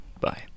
Bye